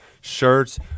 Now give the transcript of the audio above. shirts